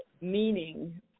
meaning